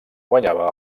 guanyava